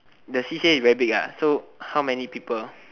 the c_c_a is very big ah so how many people